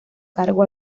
cargo